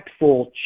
impactful